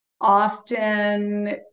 Often